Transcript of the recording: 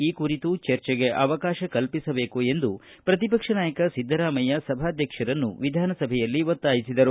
ಈ ಕುರಿತು ಚರ್ಚೆಗೆ ಅವಕಾಶ ಕಲ್ಪಿಸಬೇಕು ಎಂದು ಪ್ರತಿಪಕ್ಷ ನಾಯಕ ಸಿದ್ದರಾಮಯ್ಯ ಸಭಾಧ್ಯಕ್ಷರನ್ನು ವಿಧಾನಸಭೆಯಲ್ಲಿ ಒತ್ತಾಯಿಸಿದರು